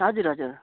हजुर हजुर